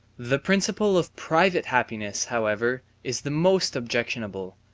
the principle of private happiness, however, is the most objectionable,